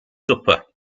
supper